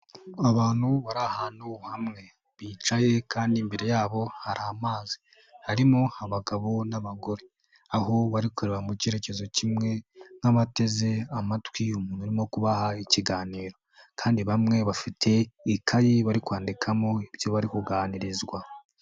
Abantu bari ahantu hamwe, bicaye kandi imbere yabo hari amazi. Harimo abagabo n'abagore. Aho bari kureba mu cyerekezo kimwe nk'abateze amatwi umuntu urimo kubaha ikiganiro kandi bamwe bafite ikayi bari kwandikamo ibyo bari kuganirizwa.